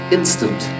Instant